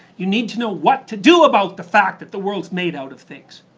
you need to know what to do about the fact that the world's made out of things.